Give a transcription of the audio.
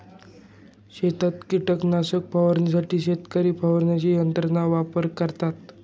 शेतात कीटकनाशक फवारण्यासाठी शेतकरी फवारणी यंत्राचा वापर करतात